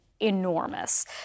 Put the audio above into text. Enormous